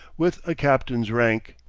with a captain's rank.